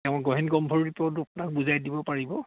তেওঁ গহীন গম্ভীৰ আপোনাক বুজাই দিব পাৰিব